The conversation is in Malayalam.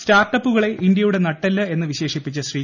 സ്റ്റാർട്ടപ്പുകളെ ഇന്ത്യയുടെ നട്ടെല്ല് എന്ന് വിശേഷിപ്പിച്ച ശ്രീ